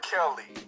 Kelly